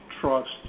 trust